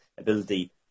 Ability